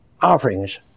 offerings